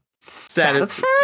satisfied